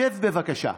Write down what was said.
שב, בבקשה.